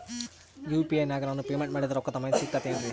UPI ನಾಗ ನಾನು payment ಮಾಡಿದ ರೊಕ್ಕದ ಮಾಹಿತಿ ಸಿಕ್ತಾತೇನ್ರೀ?